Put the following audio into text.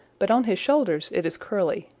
but on his shoulders it is curly.